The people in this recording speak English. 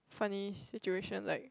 funny situation like